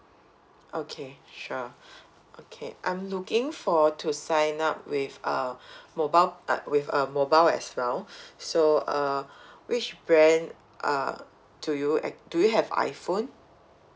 okay sure okay I'm looking for to sign up with uh mobile but with a mobile as well so uh which brand uh do you ha~ do you have iphone